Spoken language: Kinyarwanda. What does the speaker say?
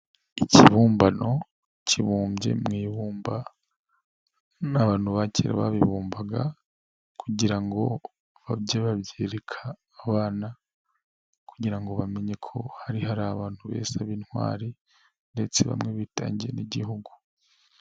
Ikibumbano kibumbye mu ibumba ni abantu ba kera babibumbaga, kugira ngo bajye babyereka abana kugira ngo bamenye ko hari hari abantu beza b'intwari ndetse bamwe bitangiye n'igihugu.